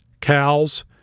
cows